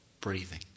breathing